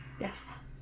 Yes